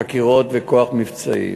חקירות וכוח מבצעי,